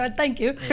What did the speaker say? but thank you.